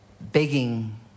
begging